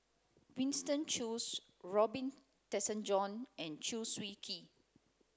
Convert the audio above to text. Winston Choos Robin Tessensohn and Chew Swee Kee